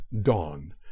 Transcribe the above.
Dawn